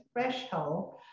threshold